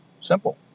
Simple